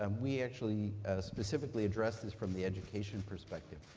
um we actually specifically address this from the education perspective.